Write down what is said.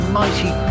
mighty